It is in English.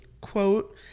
quote